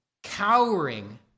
cowering